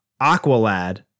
Aqualad